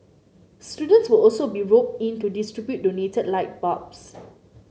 students will also be roped in to distribute donated light bulbs